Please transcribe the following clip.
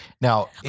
Now